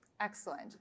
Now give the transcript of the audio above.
Excellent